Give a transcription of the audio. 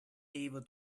able